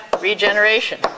regeneration